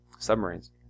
Submarines